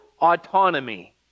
autonomy